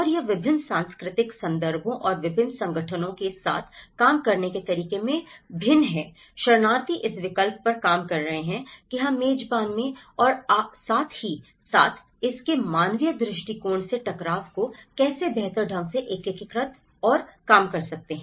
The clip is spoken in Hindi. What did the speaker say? और यह विभिन्न सांस्कृतिक संदर्भों और विभिन्न संगठनों के साथ काम करने के तरीके में भिन्न है शरणार्थी इस विकल्प पर काम कर रहे हैं कि हम मेजबान में और साथ ही साथ इसके मानवीय दृष्टिकोण से टकराव को कैसे बेहतर ढंग से एकीकृत और कम कर सकते हैं